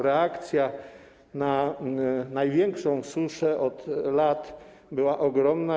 Reakcja na największą suszę od lat była ogromna.